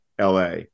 LA